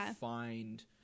find